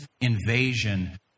invasion